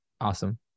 Awesome